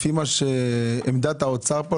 לפי עמדת האוצר פה,